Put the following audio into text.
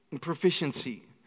proficiency